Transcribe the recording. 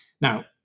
Now